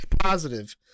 Positive